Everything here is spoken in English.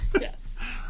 Yes